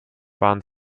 waren